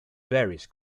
various